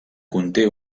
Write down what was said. conté